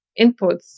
inputs